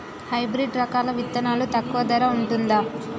Hybrid రకాల విత్తనాలు తక్కువ ధర ఉంటుందా?